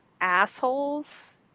assholes